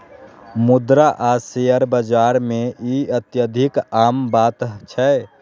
मुद्रा आ शेयर बाजार मे ई अत्यधिक आम बात छै